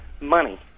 money